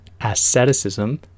asceticism